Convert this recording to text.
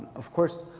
of course,